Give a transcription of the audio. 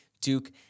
Duke